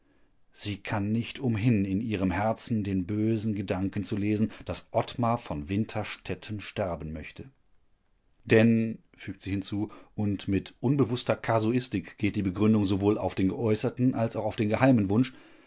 sie kann nicht umhin in ihrem herzen den bösen gedanken zu lesen daß ottmar von winterstetten sterben möchte denn fügt sie hinzu und mit unbewußter kasuistik geht die begründung sowohl auf den geäußerten als auch auf den geheimen wunsch